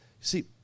See